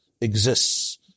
exists